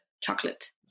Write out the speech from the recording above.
chocolate